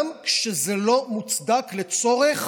גם כשזה לא מוצדק לצורך